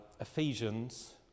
ephesians